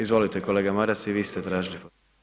Izvolite, kolega Maras i vi ste tražili.